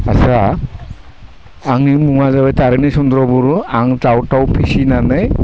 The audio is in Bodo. आच्चा आंनि मुङा जाबाय तारिनि चन्द्र' बर' आं दाउ फिसिनानै